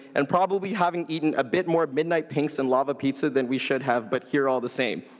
and probably having eaten a bit more midnight pinks and lava pizza than we should have, but here all the same.